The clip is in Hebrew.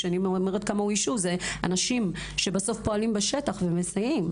כשאני אומרת כמה אוישו זה אנשים שבסוף פועלים בשטח ומסייעים.